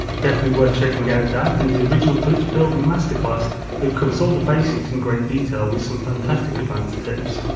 definitely worth checking out that and his original glitch building masterclass that covers all the basic in great detail with some fantastic advanced tips.